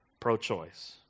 pro-choice